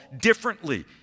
differently